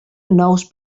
nous